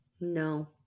No